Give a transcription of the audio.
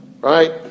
right